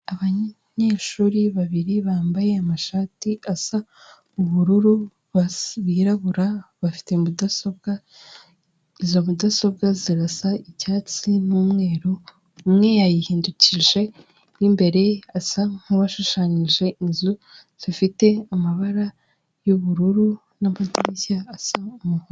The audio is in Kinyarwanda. Abanyeshuri babiri bambaye amashati asa ubururu birabura, bafite mudasobwa. Izo mudasobwa zirasa icyatsi n'umweru. Umwe yayihindukije, mo imbere asa nk'uwashushanyije inzu zifite amabara y'ubururu n'amadirishya asa umuhondo.